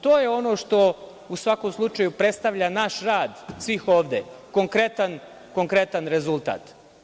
To je ono što, u svakom slučaju, predstavlja naš rad svih ovde, konkretan rezultat.